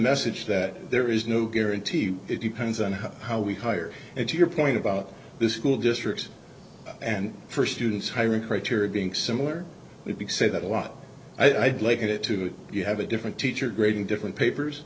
message that there is no guarantee it depends on how we hire it to your point about this school district and for students hiring criteria being similar would be said that a lot i'd like it too if you have a different teacher grading different papers